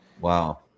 Wow